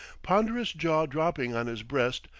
ponderous jaw dropping on his breast,